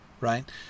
right